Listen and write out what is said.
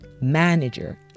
manager